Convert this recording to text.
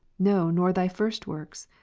no nor thy first works.